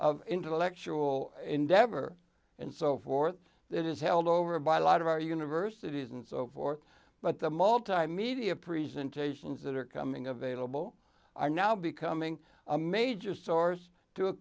of intellectual endeavor and so forth that is held over by a lot of our universities and so forth but the multimedia presentations that are coming available are now becoming a major source to